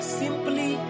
simply